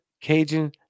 Cajun